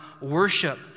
worship